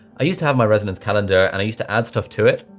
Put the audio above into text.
i used to have my resonance calendar and i used to add stuff to it,